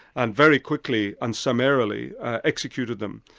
and very quickly and summarily executed them.